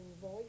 voice